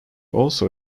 also